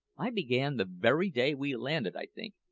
i began the very day we landed, i think,